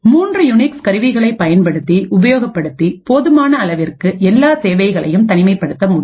3 Unix கருவிகளை உபயோக படுத்தி போதுமான அளவிற்கு எல்லா சேவைகளையும் தனிமைப்படுத்த முடியும்